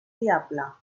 diable